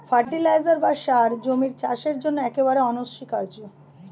fertiliser বা সার জমির চাষের জন্য একেবারে অনস্বীকার্য